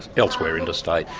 elsewhere interstate,